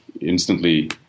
instantly